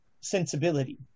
sensibility